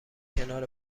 کنار